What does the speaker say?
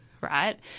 right